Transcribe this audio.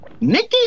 Nikki